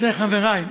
זה חברי.